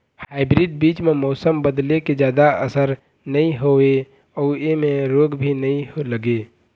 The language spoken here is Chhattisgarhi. हाइब्रीड बीज म मौसम बदले के जादा असर नई होवे अऊ ऐमें रोग भी नई लगे